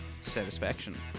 satisfaction